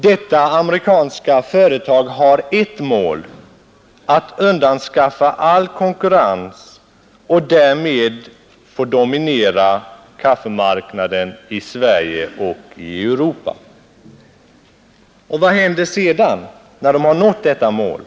Detta amerikanska företag har ett mål, att undanskaffa all konkurrens och därmed få dominera kaffemarknaden i Sverige och i hela Europa. Vad händer sedan, när de har nått detta mål?